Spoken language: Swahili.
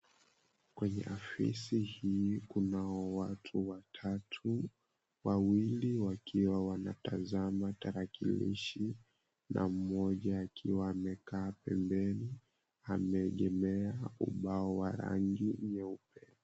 Kwenye afisi hii kuna watu watatu, wawili wakiwa wanatazama tarakilishi na mmoja akiwa amekaa pembeni. Ameegemea ubao wa rangi nyeupe.